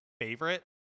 favorite